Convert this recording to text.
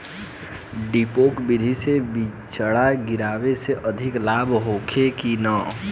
डेपोक विधि से बिचड़ा गिरावे से अधिक लाभ होखे की न?